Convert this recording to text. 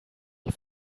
die